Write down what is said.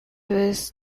was